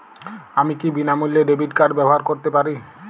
আমি কি বিনামূল্যে ডেবিট কার্ড ব্যাবহার করতে পারি?